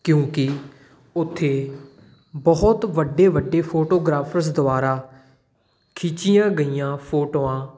ਕਿਉਂਕਿ ਉੱਥੇ ਬਹੁਤ ਵੱਡੇ ਵੱਡੇ ਫੋਟੋਗ੍ਰਾਫਰਜ਼ ਦੁਆਰਾ ਖਿੱਚੀਆਂ ਗਈਆਂ ਫੋਟੋਆਂ